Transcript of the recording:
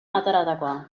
ateratakoa